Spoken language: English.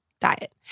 diet